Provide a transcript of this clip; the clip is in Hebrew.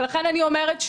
לכן אני אומרת שוב,